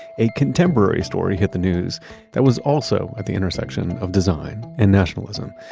a contemporary story hit the news that was also at the intersection of design and nationalism.